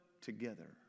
together